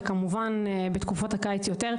וכמובן שיותר בתקופת הקיץ,